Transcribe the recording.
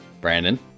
Brandon